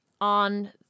on